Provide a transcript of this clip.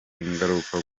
ingaruka